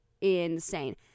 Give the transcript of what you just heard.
insane